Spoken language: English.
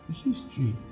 history